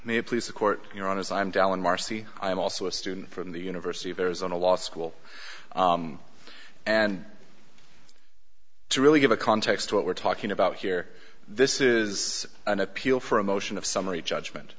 may please the court you're on as i'm telling marcy i am also a student from the university of arizona law school and to really give a context what we're talking about here this is an appeal for a motion of summary judgment